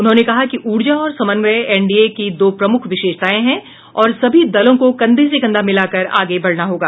उन्होंने कहा कि ऊर्जा और समन्वय एन डी ए की दो प्रमुख विशेषताएं हैं और सभी दलों को कंधे से कंधा मिलाकर आगे बढ़ना होगा